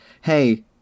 Hey